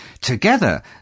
Together